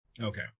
Okay